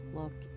look